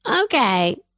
okay